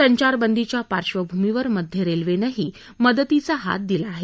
संचारबंदीच्या पार्श्वभूमीवर मध्य रेल्वेनंही मदतीचा हात दिला आहे